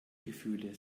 gefühle